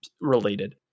related